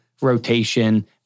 rotation